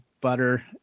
butter